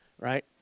right